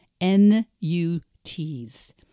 N-U-T's